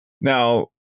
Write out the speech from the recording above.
Now